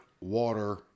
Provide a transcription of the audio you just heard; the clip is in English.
water